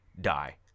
die